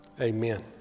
amen